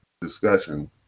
discussion